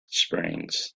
springs